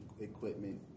equipment